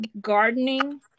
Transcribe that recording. gardening